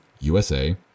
USA